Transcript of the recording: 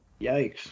Yikes